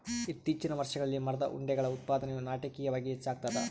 ಇತ್ತೀಚಿನ ವರ್ಷಗಳಲ್ಲಿ ಮರದ ಉಂಡೆಗಳ ಉತ್ಪಾದನೆಯು ನಾಟಕೀಯವಾಗಿ ಹೆಚ್ಚಾಗ್ತದ